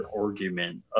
argument